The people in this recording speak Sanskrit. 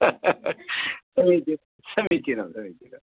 समीचीनं समीचीनं समीचीनम्